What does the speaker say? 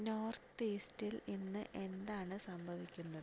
north ഈസ്റ്റിൽ ഇന്ന് എന്താണ് സംഭവിക്കുന്നത്